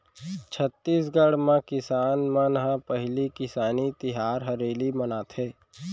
छत्तीसगढ़ म किसान मन ह पहिली किसानी तिहार हरेली मनाथे